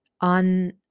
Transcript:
On